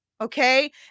Okay